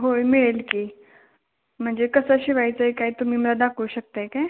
होय मिळेल की म्हणजे कसं शिवायचं आहे काय तुम्ही मला दाखवू शकत आहे काय